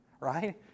right